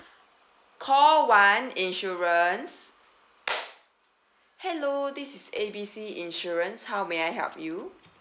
call one insurance hello this is A B C insurance how may I help you